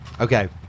Okay